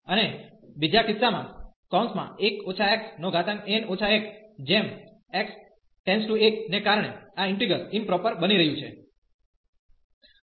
અને બીજા કિસ્સામાં 1 xn 1 જેમ x→1 ને કારણે આ ઈન્ટિગ્રલ ઈમપ્રોપર બની રહ્યું છે